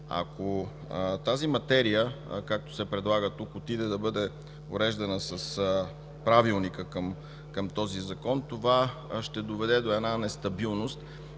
Ако тази материя, както се предлага тук, е да бъде уреждана с Правилника към този Закон, това ще доведе до една нестабилност